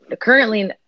currently